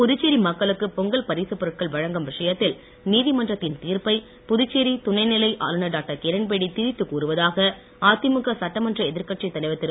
புதுச்சேரி மக்களுக்கு பொங்கல் பரிசுப் பொருட்கள் வழங்கும் விஷயத்தில் நீதிமன்றத்தின் தீர்ப்பை புதுச்சேரி துணைநிலை ஆளுநர் டாக்டர் கிரண்பேடி திரித்து கூறுவதாக அதிமுக சட்டமன்ற எதிர்கட்சி தலைவர் திரு